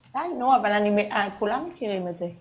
די, נו, כולם מכירים את זה.